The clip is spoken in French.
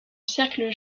cercle